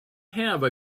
have